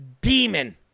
Demon